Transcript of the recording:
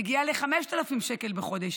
מגיעה ל-5,000 שקל בחודש,